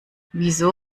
wieso